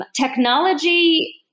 Technology